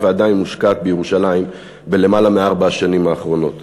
ועדיין מושקעת בירושלים ביותר מארבע השנים האחרונות,